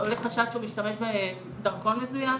עולה חשד שהוא משתמש בדרכון מזויף